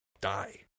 die